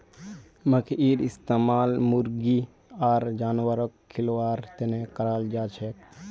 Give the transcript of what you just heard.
मखईर इस्तमाल मुर्गी आर जानवरक खिलव्वार तने कराल जाछेक